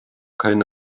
keine